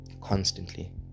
constantly